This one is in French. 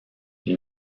ils